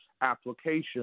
application